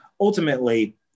ultimately